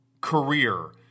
career